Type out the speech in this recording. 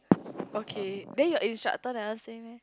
okay then your instructor never say meh